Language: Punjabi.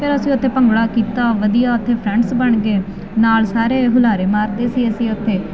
ਤਰ ਅਸੀਂ ਉੱਥੇ ਭੰਗੜਾ ਕੀਤਾ ਵਧੀਆ ਉਥੇ ਫਰੈਂਡਸ ਬਣ ਗਏ ਨਾਲ ਸਾਰੇ ਹੁਲਾਰੇ ਮਾਰਤੇ ਸੀ ਅਸੀਂ ਉੱਥੇ